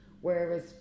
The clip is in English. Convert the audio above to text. Whereas